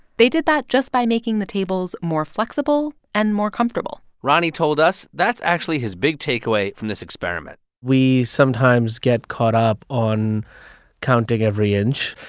they did that just by making the tables more flexible and more comfortable roni told us that's actually his big takeaway from this experiment we sometimes get caught up on counting every inch,